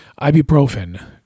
Ibuprofen